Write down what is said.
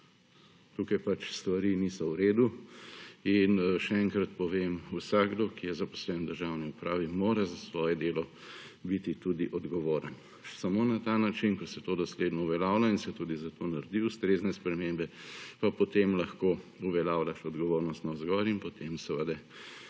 Tukaj pač stvari niso v redu. In še enkrat povem, vsakdo, ki je zaposlen v državni upravi, mora za svoje delo biti tudi odgovoren. Samo na ta način, ko se to dosledno uveljavlja in se tudi za to naredi ustrezne spremembe, pa potem lahko uveljavlja še odgovornost navzgor in potem seveda